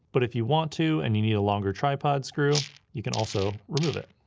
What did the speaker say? but if you want to and you need a longer tripod screw, you can also remove it.